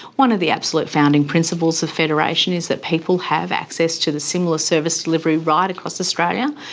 one of the absolute founding principles of federation is that people have access to the similar service delivery right across australia,